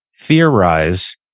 theorize